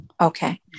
Okay